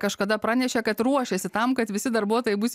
kažkada pranešė kad ruošėsi tam kad visi darbuotojai bus